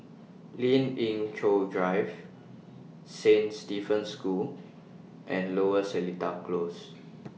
Lien Ying Chow Drive Saint Stephen's School and Lower Seletar Close